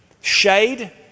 Shade